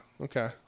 Okay